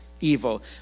evil